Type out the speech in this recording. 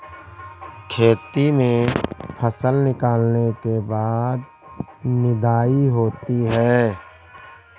खेती में फसल निकलने के बाद निदाई होती हैं?